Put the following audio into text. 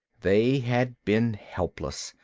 they had been helpless,